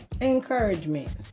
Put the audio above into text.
Encouragement